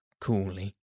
coolly